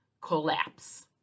collapse